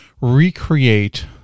recreate